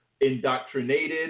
indoctrinated